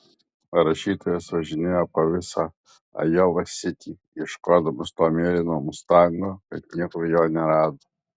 rašytojas važinėjo po visą ajova sitį ieškodamas to mėlyno mustango bet niekur jo nerado